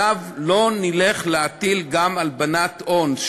עליו לא נלך להטיל גם הלבנת הון,